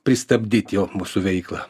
pristabdyt jo mūsų veiklą